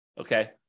okay